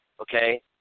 okay